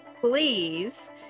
please